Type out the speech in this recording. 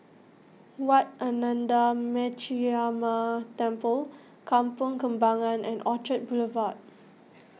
what Ananda Metyarama Temple Kampong Kembangan and Orchard Boulevard